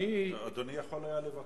אדוני יכול היה לבקש,